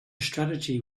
strategy